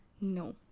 No